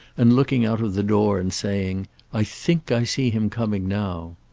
and looking out of the door and saying i think i see him coming now.